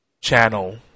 channel